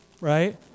Right